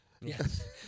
Yes